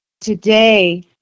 today